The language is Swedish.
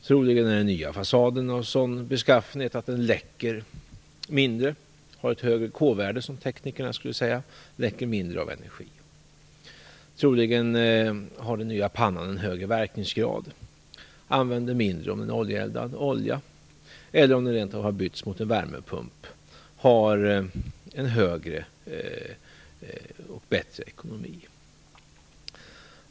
Troligen är den nya fasaden av en sådan beskaffenhet att den läcker mindre och har ett högre K värde, som teknikerna skulle säga. Troligen har den nya pannan en högre verkningsgrad, drar mindre olja och har en högre och bättre driftsekonomi - eller har kanske rent av bytts ut mot en värmepump.